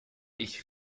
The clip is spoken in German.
ich